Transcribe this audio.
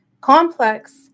Complex